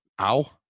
OW